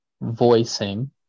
voicing